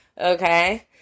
okay